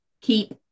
keep